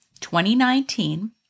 2019